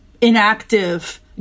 inactive